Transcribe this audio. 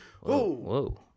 whoa